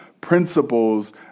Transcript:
principles